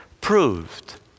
proved